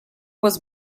was